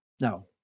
No